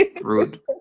Rude